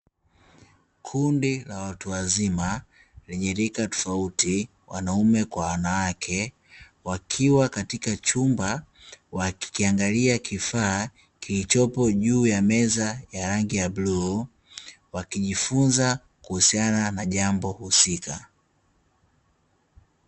Kundi la watu wazima lenye rika tofauti wanaume kwa wanawake wakiwa katika chumba wakikiangalia kifaa kilichopo juu ya meza ya rangi ya bluu wakijifunza kuhusiana na jambo husika.